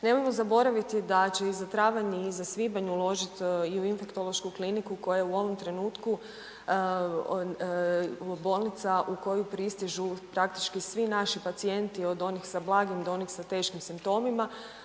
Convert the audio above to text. Nemojmo zaboraviti da će i za travanj i za svibanj uložiti i u Infektološku kliniku koja je u ovom trenutku bolnica u koju pristižu praktički svi naši pacijenti, od onih sa blagim do onih sa teškim simptomima